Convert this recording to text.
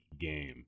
game